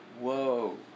Whoa